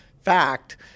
fact